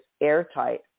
airtight